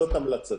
זאת המלצתי.